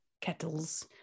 kettles